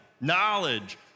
knowledge